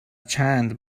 چند